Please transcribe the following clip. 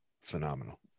Phenomenal